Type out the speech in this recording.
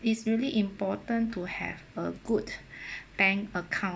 it's really important to have a good bank account